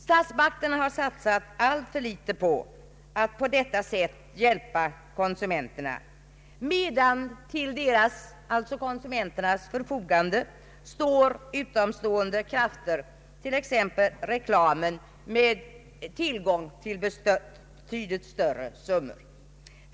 Statsmakterna har satsat alltför litet på att hjälpa konsumenterna, medan det till förfogande för andra starka krafter, t. ex reklamen, står betydligt större summor.